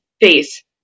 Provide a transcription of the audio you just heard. face